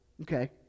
okay